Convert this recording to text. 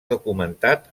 documentat